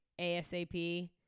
ASAP